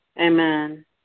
Amen